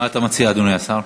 מה אתה מציע, אדוני השר?